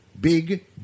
big